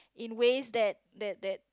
in ways that that that